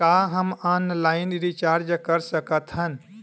का हम online recharge कर सकत हन?